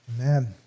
Amen